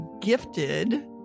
gifted